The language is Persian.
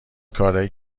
کارایی